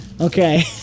Okay